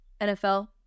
NFL